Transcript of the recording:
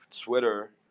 Twitter